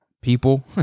people